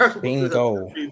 Bingo